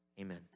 Amen